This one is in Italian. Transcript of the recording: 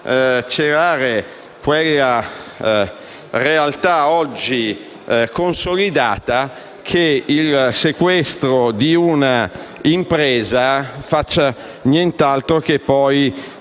celare la realtà oggi consolidata che il sequestro di un'impresa faccia nient'altro che poi